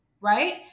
Right